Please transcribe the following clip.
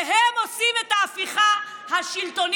והם עושים את ההפיכה השלטונית.